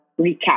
recap